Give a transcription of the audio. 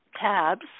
tabs